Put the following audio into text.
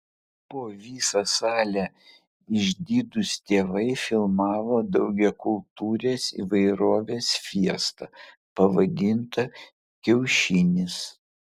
po visą salę išdidūs tėvai filmavo daugiakultūrės įvairovės fiestą pavadintą kiaušinis